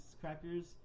crackers